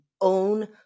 own